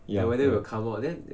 ya correct